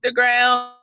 Instagram